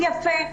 יפה,